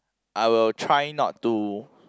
I will try not to